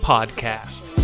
Podcast